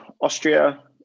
Austria